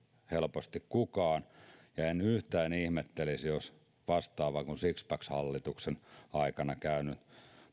helposti kukaan ja en yhtään ihmettelisi jos vastaava kuin sixpack hallituksen aikana käynyt